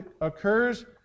occurs